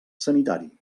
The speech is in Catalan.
sanitari